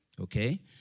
Okay